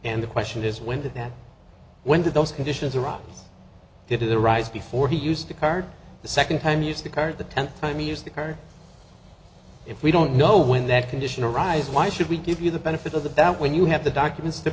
and the question is when did that when did those conditions are right to the rise before he used the car the second time use the car the tenth time use the car if we don't know when that condition arise why should we give you the benefit of the doubt when you have the documents to